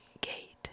gate